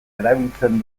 erabiltzen